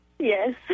Yes